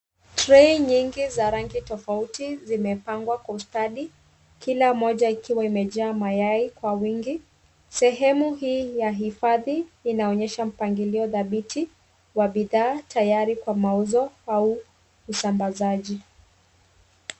Tray nyingi za rangi tofauti zimepangwa kwa ustadi kila moja ikiwa imejaa mayai kwa wingi. Sehemu hii ya hifadhi inaonyesha mpangilio dhabiti wa bidhaa tayari kwa mauzo au usambazaji.